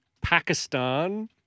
Pakistan